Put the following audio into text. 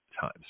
times